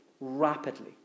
rapidly